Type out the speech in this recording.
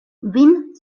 vin